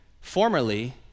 formerly